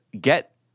Get